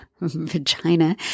vagina